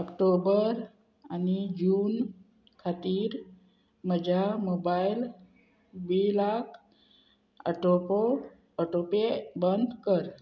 ऑक्टोबर आनी जून खातीर म्हज्या मोबायल बिलाक ऑटोपो ऑटोपे बंद कर